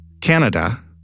Canada